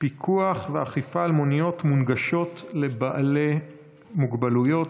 פיקוח ואכיפה על מוניות מונגשות לבעלי מוגבלויות,